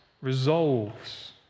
resolves